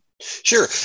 sure